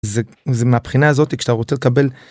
זה, זה מהבחינה הזאת כשאתה רוצה לקבל...